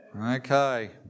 Okay